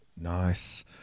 Nice